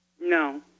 No